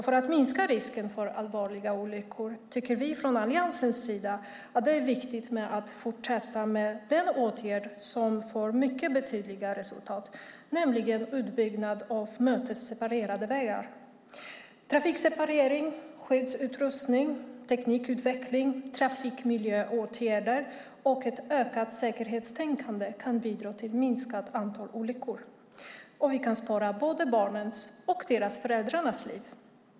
För att minska risken för allvarliga olyckor tycker vi i Alliansen att det är viktigt att fortsätta med en åtgärd som får mycket tydliga resultat, nämligen utbyggnaden av mötesseparerade vägar. Trafikseparering, skyddsutrustning, teknikutveckling, trafikmiljöåtgärder och ett ökat säkerhetstänkande kan bidra till ett minskat antal olyckor, och vi kan spara både barnens och deras föräldrars liv.